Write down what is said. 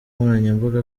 nkoranyambaga